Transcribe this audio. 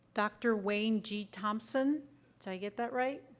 dr. wayne g. thompson? did i get that right?